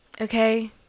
Okay